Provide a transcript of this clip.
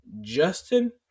Justin